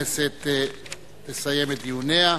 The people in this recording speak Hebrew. הכנסת תסיים את דיוניה.